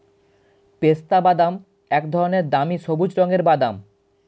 পেস্তাবাদাম এক ধরনের দামি সবুজ রঙের বাদাম